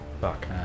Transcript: Fuck